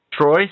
Troy